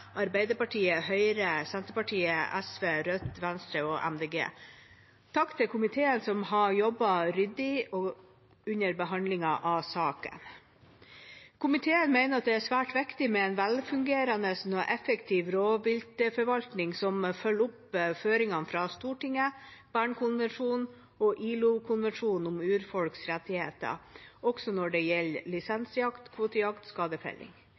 Arbeiderpartiet, Høyre, Senterpartiet, SV, Rødt, Venstre og Miljøpartiet De Grønne. Takk til komiteen, som har jobbet ryddig under behandlingen av saken. Komiteen mener at det er svært viktig med en velfungerende og effektiv rovviltforvaltning som følger opp føringene fra Stortinget, Bernkonvensjonen og ILO-konvensjonen om urfolks rettigheter, også når det gjelder lisensjakt, kvotejakt og skadefelling.